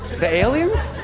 the aliens?